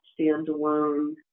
standalone